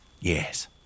yes